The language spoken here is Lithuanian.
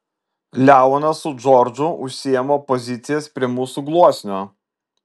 leonas su džordžu užsiima pozicijas prie mūsų gluosnio